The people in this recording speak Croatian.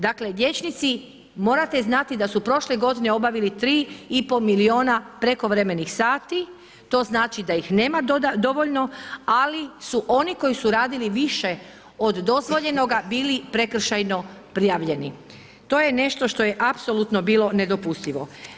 Dakle liječnici, morate znati da su prošle godine obavili 3 i pol milijuna prekovremenih sati, to znači da ih nema dovoljno, ali su oni koji su radili više od dozvoljenoga bili prekršajno prijavljeni, to je nešto što je apsolutno bilo nedopustivo.